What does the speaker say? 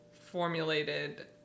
formulated